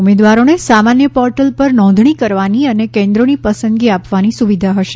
ઉમેદવારોને સામાન્ય પોર્ટલ પર નોંધણી કરવાની અને કેન્દ્રોની પસંદગી આપવાની સુવિધા હશે